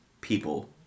people